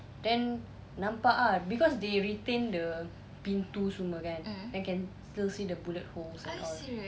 then nampak ah because they retain the pintu semua kan then can still see the bullet holes and all